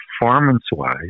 performance-wise